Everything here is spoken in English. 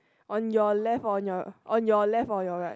on your left or on your on your left or on your right